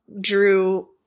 drew –